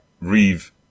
Reeve